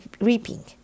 reaping